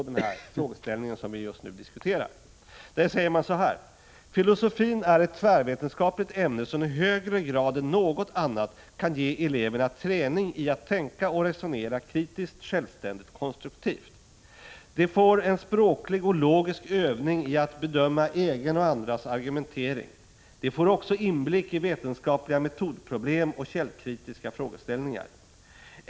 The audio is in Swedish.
Man skriver: ”Filosofin är ett tvärvetenskapligt ämne som i högre grad än något annat kan ge eleverna träning i att tänka och resonera kritiskt, självständigt och konstruktivt. De får en språklig och logisk övning i att bedöma egen och andras argumentering. De får också inblick i vetenskapliga metodproblem och källkritiska frågeställningar.